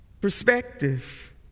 perspective